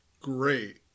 Great